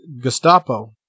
Gestapo